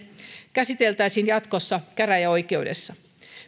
käsiteltäisiin jatkossa käräjäoikeudessa